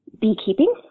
beekeeping